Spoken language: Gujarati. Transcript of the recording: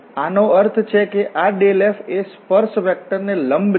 આનો અર્થ છે કે આ ∇f એ સ્પર્શ વેક્ટર ને લંબ છે